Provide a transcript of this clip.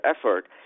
effort